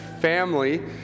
family